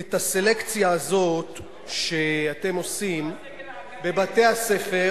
את הסלקציה הזאת שאתם עושים בבתי-הספר,